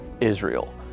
Israel